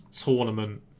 tournament